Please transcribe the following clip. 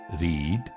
read